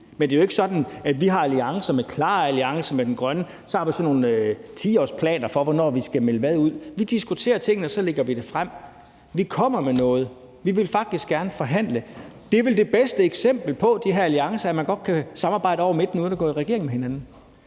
Men det er jo ikke sådan, at vi har alliancer med KLAR-alliance og den grønne alliance, og at vi har sådan nogle 10-årsplaner for, hvornår vi skal melde hvad ud. Vi diskuterer tingene, og så lægger vi det frem. Vi kommer med noget, og vi vil faktisk gerne forhandle. De her alliancer er vel det bedste eksempel på, at man godt kan samarbejde hen over midten uden at gå i regering med hinanden.